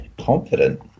Confident